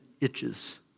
itches